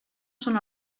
són